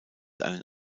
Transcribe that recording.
einen